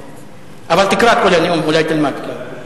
אבל תקרא את כל הנאום, אולי תלמד, כן.